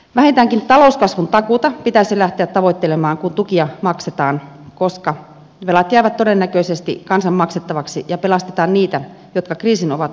vähintäänkin talouskasvun takuuta pitäisi lähteä tavoittelemaan kun tukia maksetaan koska velat jäävät todennäköisesti kansan maksettavaksi ja pelastetaan niitä jotka kriisin ovat aiheuttaneet